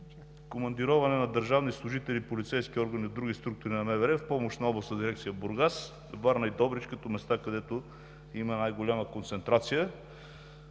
командироване на държавни служители и полицейски органи от други структури на МВР в помощ на областните дирекции в Бургас, Варна и Добрич като места, където има най-голяма концентрация.